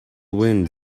wind